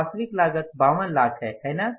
वास्तविक लागत 52 है है ना